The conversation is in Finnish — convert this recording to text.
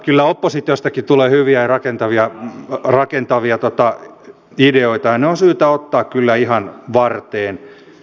kyllä oppositiostakin tulee hyviä ja rakentavia ideoita ja ne on syytä ottaa kyllä ihan varteen